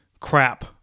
crap